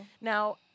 Now